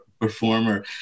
performer